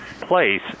place